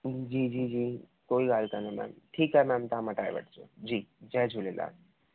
जी जी जी कोई ॻाल्हि कान्हे मैम ठीकु आहे मैम तव्हां मटाए वठिजो जी जय झूलेलाल